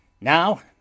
now